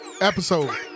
Episode